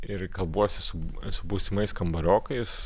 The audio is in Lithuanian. ir kalbuosi su būsimais kambariokais